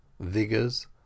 vigors